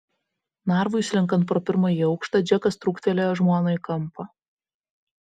narvui slenkant pro pirmąjį aukštą džekas trūktelėjo žmoną į kampą